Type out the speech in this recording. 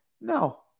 no